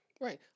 right